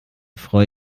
freu